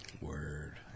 Word